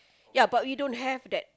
ya but we don't have that